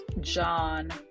john